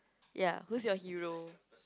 ya who's your hero